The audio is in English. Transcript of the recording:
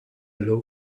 low